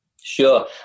Sure